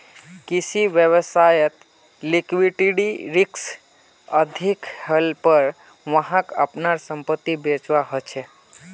किसी व्यवसायत लिक्विडिटी रिक्स अधिक हलेपर वहाक अपनार संपत्ति बेचवा ह छ